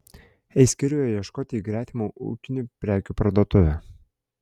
eis kirvio ieškoti į gretimą ūkinių prekių parduotuvę